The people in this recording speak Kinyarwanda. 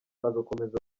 agakomeza